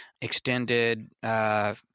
extended